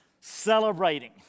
celebrating